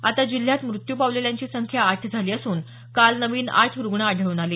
आता जिल्ह्यात मृत्यू पावलेल्यांची संख्या आठ झाली असून काल नवीन आठ रुग्ण आढळून आले